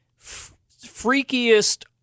freakiest